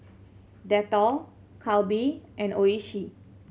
Dettol Calbee and Oishi